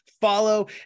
Follow